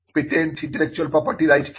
patent intellectual property right কি